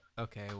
okay